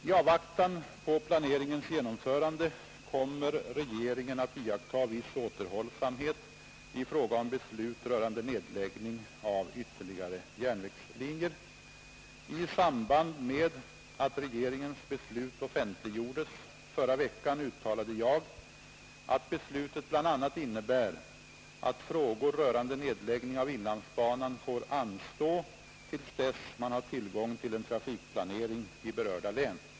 I avvaktan på planeringens genomförande kommer regeringen att iaktta viss återhållsamhet i fråga om beslut rörande nedläggning av ytterligare järnvägslinjer. I samband med att regeringens beslut offentliggjordes förra veckan uttalade jag, att beslutet bl.a. innebär att frågor rörande nedläggning av inlandsbanan får anstå till dess 17 man har tillgång till en trafikplanering i berörda län.